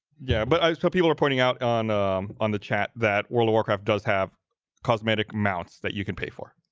yeah, but i thought people are pointing out on on the chat that world of warcraft does have cosmetic mounts that you can pay for